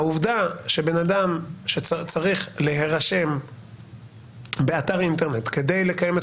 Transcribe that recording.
העובדה שאדם שצריך להירשם באתר אינטרנט כדי לקיים את